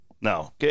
No